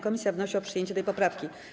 Komisja wnosi o przyjęcie tej poprawki.